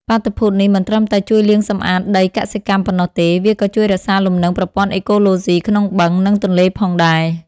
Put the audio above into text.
បាតុភូតនេះមិនត្រឹមតែជួយលាងសម្អាតដីកសិកម្មប៉ុណ្ណោះទេ។ វាក៏ជួយរក្សាលំនឹងប្រព័ន្ធអេកូឡូស៊ីក្នុងបឹង និងទន្លេផងដែរ។